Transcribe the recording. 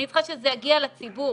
אני צריכה שזה יגיע לציבור,